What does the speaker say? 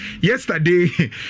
Yesterday